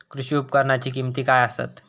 कृषी उपकरणाची किमती काय आसत?